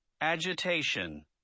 agitation